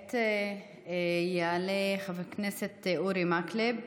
כעת יעלה חבר הכנסת אורי מקלב.